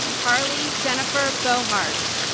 harley jennifer bohart